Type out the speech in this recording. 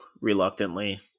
reluctantly